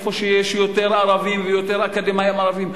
איפה שיש יותר ערבים ויותר אקדמאים ערבים.